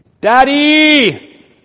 Daddy